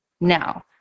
now